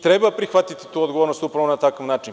Treba prihvatiti tu odgovornost na takav način.